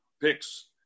picks